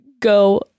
go